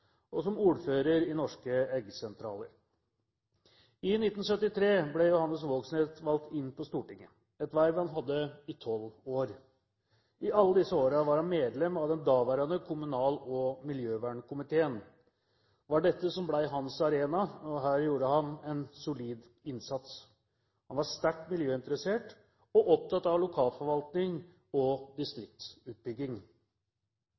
og som ordfører i Norske Eggsentraler. I 1973 ble Johannes Vågsnes valgt inn på Stortinget, et verv han hadde i tolv år. I alle disse årene var han medlem av den daværende kommunal- og miljøvernkomiteen. Det var dette som ble hans arena, og her gjorde han en solid innsats. Han var sterkt miljøinteressert og opptatt av lokalforvaltning og